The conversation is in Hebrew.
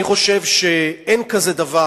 אני חושב שאין כזה דבר,